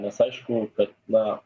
nes aišku kad na